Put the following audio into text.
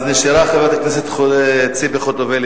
אז נשארה חברת הכנסת ציפי חוטובלי.